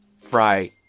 fry